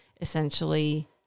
essentially